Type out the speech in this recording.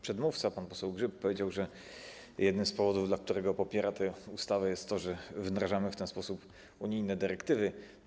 Przedmówca, pan poseł Grzyb, powiedział, że jednym z powodów, dla których popiera tę ustawę, jest to, że wdrażamy w ten sposób unijne dyrektywy.